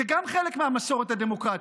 גם זה חלק מהמסורת הדמוקרטית,